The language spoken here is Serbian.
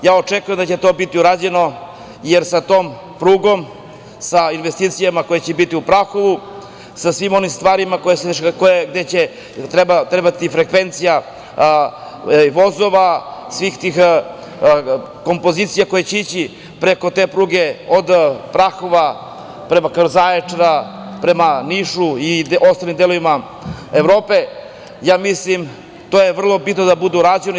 Očekujem da će to biti urađeno, jer sa tom prugom i sa investicijama koje će biti u Prahovu, sa svim onim stvarima gde će trebati frekvencija vozova, svih tih kompozicija koje će ići preko te pruge, od Prahova, preko Zaječara, prema Nišu i ostalim delovima Evrope, mislim da je vrlo bitno da bude urađeno.